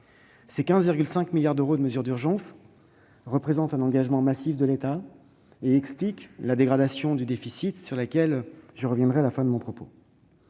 Ces 15,5 milliards d'euros de mesures d'urgence représentent un engagement massif de l'État et expliquent la dégradation du déficit, sur laquelle je reviendrai à la fin de mon propos.